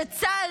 הלוא הם